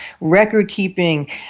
record-keeping